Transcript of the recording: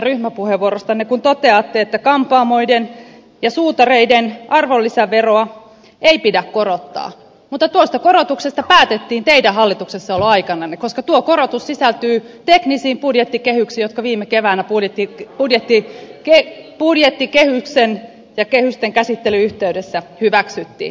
toteatte että kampaamoiden ja suutareiden arvonlisäveroa ei pidä korottaa mutta tuosta korotuksesta päätettiin teidän hallituksessaoloaikananne koska tuo korotus sisältyy teknisiin budjettikehyksiin jotka viime keväänä budjetti budjetti herkkuja tekee sen budjettikehysten käsittelyn yhteydessä hyväksyttiin